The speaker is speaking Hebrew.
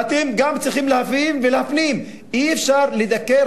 ואתם גם צריכים להבין ולהפנים: אי-אפשר לדכא את